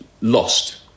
lost